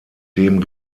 dem